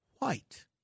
White